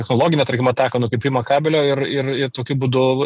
ekologinio tarkim ataką nukirpimo kablio ir ir ir tokiu būdu